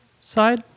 side